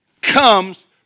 comes